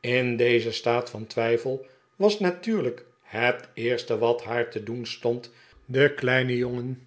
in dezen staat van twijfel was natuurlijk het eerste wat haar te doen stond den kleinen jongen